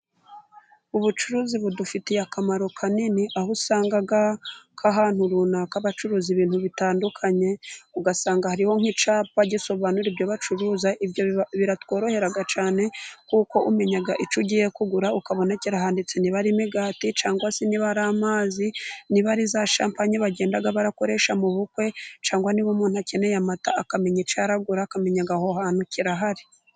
Ubucuruzi budufitiye akamaro kanini aho usanga nk'ahantu runaka bacuruza ibintu bitandukanye, ugasanga harimo nk'icyapa gisobanura ibyo bacuruza biratworohera cyane kuko umenya ic yougiye kugura ukabona kirahanditse ntiba ari umugati cyangwa se niba ari amazi niba ari za shampanyi bagenda barakoresha mu bukwe cyangwa niba umuntu akeneye amata akamenya icyo aragura akamenya ngo aho hantu kirahari.